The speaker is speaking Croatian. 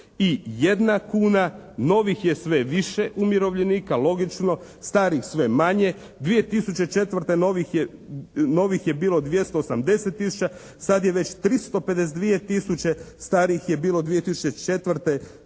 je 531 kuna. Novih je sve više umirovljenika logično. Starih sve manje. 2004. novih je bilo 280 tisuća, sad je već 352 tisuće. Starih je bilo 2004.